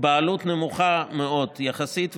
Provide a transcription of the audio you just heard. בעלות נמוכה מאוד יחסית,